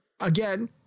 again